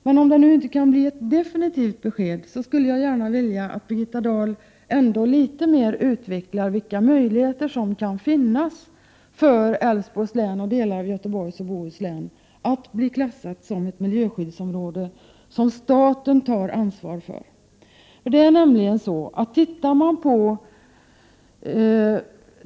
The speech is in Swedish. Men om beskedet nu inte kan bli definitivt, vill jag att Birgitta Dahl ändå litet mera utvecklar vilka möjligheter som kan finnas för Älvsborgs län och delar av Göteborgs och Bohus län att bli klassat som ett miljöskyddsområde, som staten tar ansvar för.